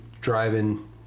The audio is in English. driving